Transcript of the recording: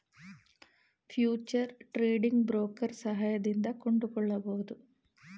future trading broker ಸಹಾಯದಿಂದ ಕೊಂಡುಕೊಳ್ಳಬಹುದು